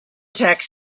tax